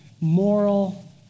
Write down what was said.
moral